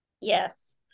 yes